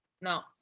No